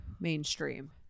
mainstream